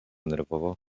nerwowo